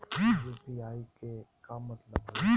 UPI के का मतलब हई?